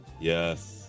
Yes